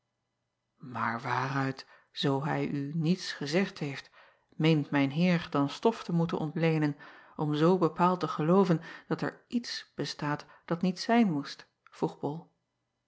aar waaruit zoo hij u niets gezegd heeft meent mijn eer dan stof te moeten ontleenen om zoo bepaald te gelooven dat er iets bestaat dat niet zijn moest vroeg ol